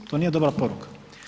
To nije dobra poruka.